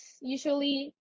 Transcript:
usually